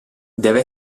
deve